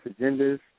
agendas